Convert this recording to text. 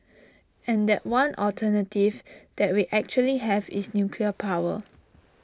and that one alternative that we actually have is nuclear power